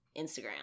Instagram